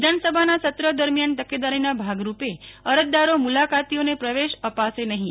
વિધાનસભાના સત્ર દરમિયાન તકેદારીના ભાગરૂપે અરજદારો મુલાકાતીઓને પ્રવેશ અપાશે નહીં